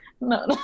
No